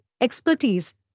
expertise